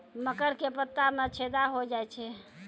मकर के पत्ता मां छेदा हो जाए छै?